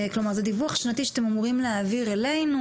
כלומר זה דיווח שנתי שאתם אמורים להעביר אלינו,